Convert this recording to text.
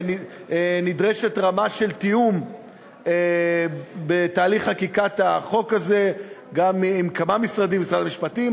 שנדרשת רמה של תיאום בתהליך חקיקת החוק הזה עם כמה משרדים: המשפטים,